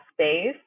space